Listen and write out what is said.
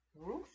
Ruth